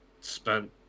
spent